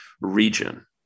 region